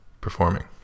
performing